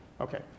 Okay